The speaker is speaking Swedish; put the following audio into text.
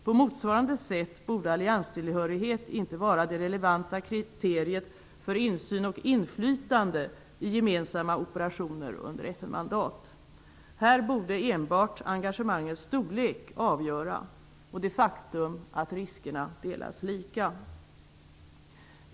På motsvarande sätt borde allianstillhörighet inte vara det relevanta kriteriet för insyn och inflytande i gemensamma operationer under FN-mandat. Här borde enbart engagemangets storlek och det faktum att riskerna delas lika avgöra.